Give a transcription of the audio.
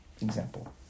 example